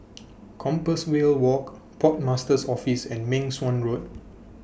Compassvale Walk Port Master's Office and Meng Suan Road